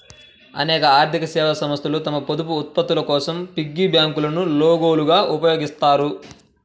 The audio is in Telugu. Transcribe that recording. అనేక ఆర్థిక సేవా సంస్థలు తమ పొదుపు ఉత్పత్తుల కోసం పిగ్గీ బ్యాంకులను లోగోలుగా ఉపయోగిస్తాయి